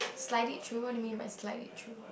slide it through what do you mean by slide it through